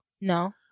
No